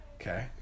okay